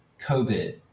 COVID